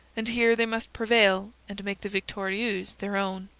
and here they must prevail and make the victorieuse their own,